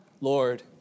Lord